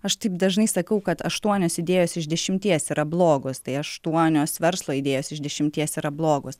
aš taip dažnai sakau kad aštuonios idėjos iš dešimties yra blogos tai aštuonios verslo idėjos iš dešimties yra blogos